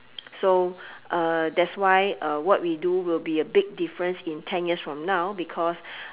so uh that's why uh what we do will be a big difference in ten years from now because